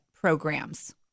programs